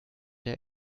der